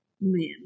Men